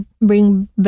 bring